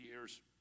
years